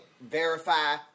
verify